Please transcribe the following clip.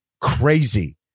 crazy